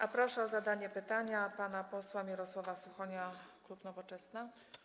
A proszę o zadanie pytania pana posła Mirosława Suchonia, klub Nowoczesna.